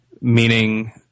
meaning